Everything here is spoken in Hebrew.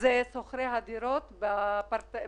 שוכרי הדירות בשוק פרטי.